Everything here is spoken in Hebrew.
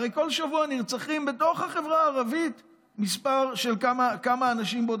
הרי כל שבוע נרצחים בתוך החברה הערבית כמה אנשים.